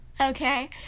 okay